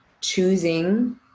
choosing